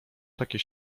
takie